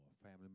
family